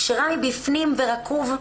כשרע מבפנים ורקוב,